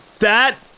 that?